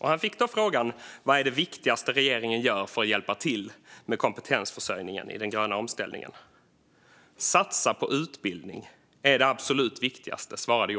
Han fick då frågan vad som är det viktigaste som regeringen gör för att hjälpa till med kompetensförsörjningen i den gröna omställningen. Johan Pehrson svarade då: Satsa på utbildning är det absolut viktigaste.